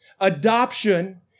adoption